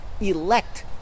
elect